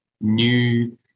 new